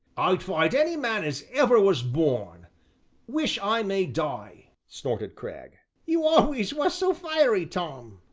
i'd fight any man as ever was born wish i may die! snorted cragg. you always was so fiery, tom!